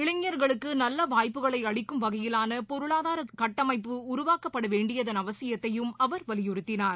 இளைஞர்களுக்கு நல்ல வாய்ப்புகளை அளிக்கும் வகையிலான பொருளாதார கட்டமைப்பு உருவாக்கப்படவேண்டியதன் அவசியத்தையும் அவர் வலியுறுத்தினார்